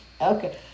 Okay